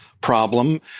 problem